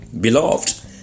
Beloved